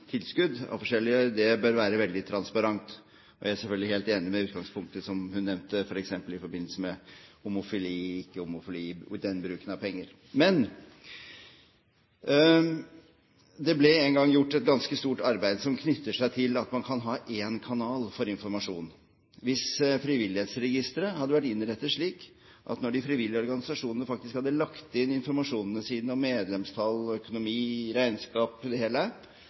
tilskudd av forskjellig art bør være veldig transparente. Jeg er selvfølgelig helt enig i det utgangspunktet hun tok, f.eks. i forbindelse med homofili/ikke-homofili, og den bruken av penger. Det ble en gang gjort et ganske stort arbeid som knyttet seg til at man kan ha én kanal for informasjon. Hvis Frivillighetsregisteret hadde vært innrettet slik at når de frivillige organisasjonene faktisk hadde lagt inn informasjonen sin om medlemstall, økonomi, regnskap, det hele,